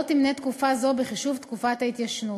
לא תימנה תקופה זו בחישוב תקופת ההתיישנות.